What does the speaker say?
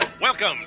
Welcome